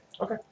Okay